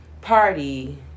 party